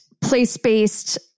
place-based